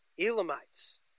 Elamites